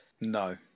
No